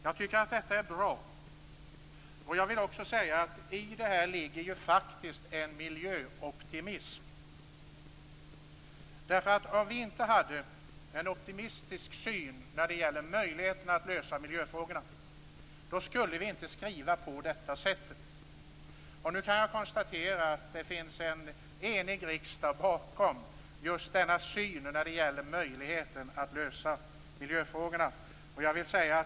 Jag tycker att det är bra. I detta ligger det faktiskt en miljöoptimism. Om man inte hade en optimistisk syn på möjligheterna att lösa miljöfrågorna skulle man inte skriva på det här sättet. Det finns en enig riksdag bakom denna syn och möjligheterna att lösa miljöfrågorna.